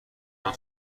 دارم